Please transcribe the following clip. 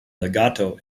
legato